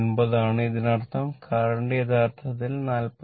9 ആണ് ഇതിനർത്ഥം കറന്റ് യഥാർത്ഥത്തിൽ 43